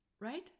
right